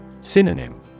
Synonym